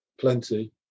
plenty